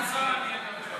עוד זמן קצר אני אדבר.